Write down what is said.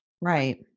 Right